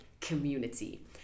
community